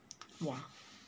!wah!